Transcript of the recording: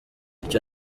icyo